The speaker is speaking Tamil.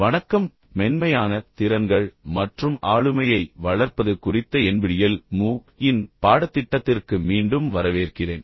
வணக்கம் மென்மையான திறன்கள் மற்றும் ஆளுமையை வளர்ப்பது குறித்த NPTEL MOOC இன் பாடத்திட்டத்திற்கு மீண்டும் வரவேற்கிறேன்